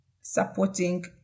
supporting